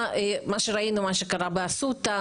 מה שקרה באסותא,